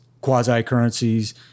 quasi-currencies